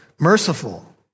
merciful